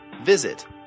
Visit